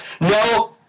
No